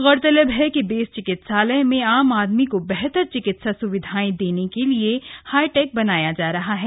गौरतलब है कि बेस चिकित्सालय में आम आदमी को बेहतर चिकित्सा सुविधाये देने के लिए हाईटैक बनाया जा रहा है